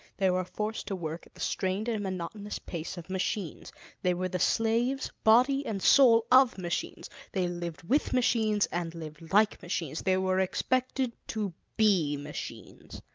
they were forced to work at the strained and monotonous pace of machines they were the slaves, body and soul, of machines they lived with machines and lived like machines they were expected to be machines.